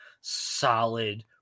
solid